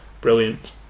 Brilliant